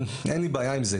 אין לי בעיה עם זה.